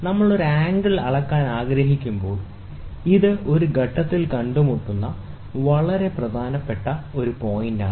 നമ്മൾ ഒരു ആംഗിൾ അളക്കാൻ ആഗ്രഹിക്കുമ്പോൾ ഇത് ഒരു ഘട്ടത്തിൽ കണ്ടുമുട്ടുന്ന വളരെ പ്രധാനപ്പെട്ട ഒരു പോയിന്റാണ്